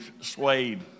swayed